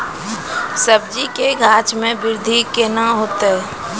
सब्जी के गाछ मे बृद्धि कैना होतै?